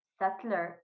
settler